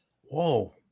Whoa